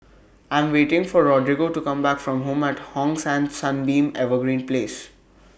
I Am waiting For Rodrigo to Come Back from Home At Hong San Sunbeam Evergreen Place